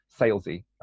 salesy